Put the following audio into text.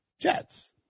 Jets